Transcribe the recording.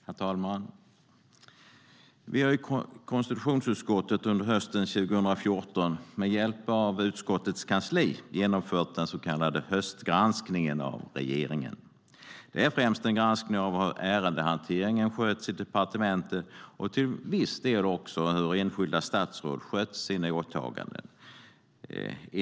Herr talman! Vi har i konstitutionsutskottet under hösten 2014, med hjälp av utskottets kansli, genomfört den så kallade höstgranskningen av regeringen. Det är främst en granskning av hur ärendehanteringen skötts i departementen och till viss del också hur enskilda statsråd skött sina åtaganden.